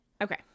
Okay